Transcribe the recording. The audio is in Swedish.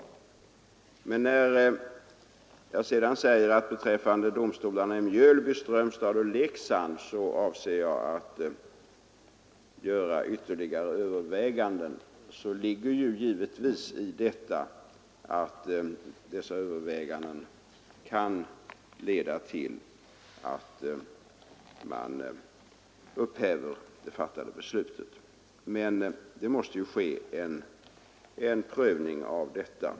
När jag sedan i interpellationssvaret säger att jag beträffande domstolarna i Mjölby, Strömstad och Leksand avser att göra ytterligare överväganden, då ligger givetvis i detta att dessa överväganden kan leda till att man upphäver det fattade beslutet. Men det måste först ske en prövning av detta.